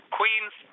queens